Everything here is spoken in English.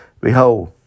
Behold